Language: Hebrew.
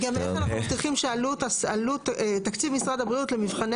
וגם איך אנחנו מבטיחים שתקציב משרד הבריאות למבחני